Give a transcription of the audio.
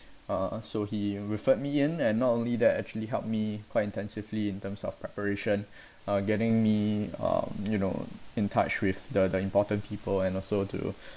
uh so he referred me in and not only that actually helped me quite intensively in terms of preparation uh getting me um you know in touch with the the important people and also to